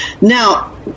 Now